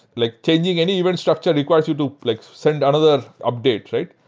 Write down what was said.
like changing any event structure requires you to like send another update.